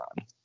on